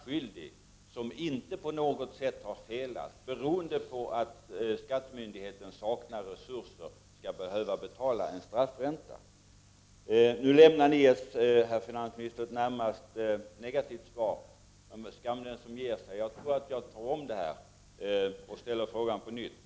Om däremot fastställandet av skatten dröjer beroende på att den skattskyldige överklagar ett skattebeslut eller att skattemyndigheten varit långsam skall ränta också utgå, vilket är helt omotiverat.